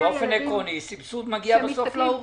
באופן עקרוני, סבסוד בסוף מגיע להורים.